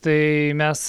tai mes